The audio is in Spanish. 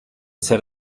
ser